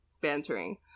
bantering